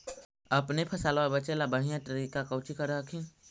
अपने फसलबा बचे ला बढ़िया तरीका कौची कर हखिन?